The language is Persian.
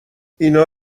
اینا